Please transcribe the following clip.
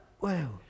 Wow